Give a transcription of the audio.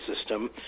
system